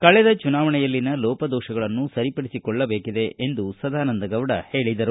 ಕಳೆದ ಚುನಾವಣೆಯಲ್ಲಿನ ಲೋಪ ದೋಪಗಳನ್ನು ಸರಿಪಡಿಸಿಕೊಳ್ಳಬೇಕಿದೆ ಎಂದು ಹೇಳಿದರು